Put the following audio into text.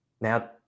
Now